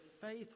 faith